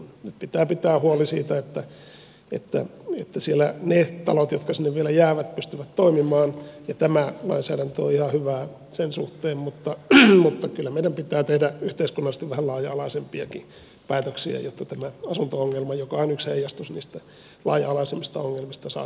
nyt pitää pitää huoli siitä että siellä ne talot jotka sinne vielä jäävät pystyvät toimimaan ja tämä lainsäädäntö on ihan hyvä sen suhteen mutta kyllä meidän pitää tehdä yhteiskunnallisesti vähän laaja alaisempiakin päätöksiä jotta tämä asunto ongelma joka on yksi heijastus niistä laaja alaisemmista ongelmista saadaan kuntoon